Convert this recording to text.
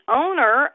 owner